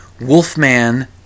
Wolfman